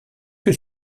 que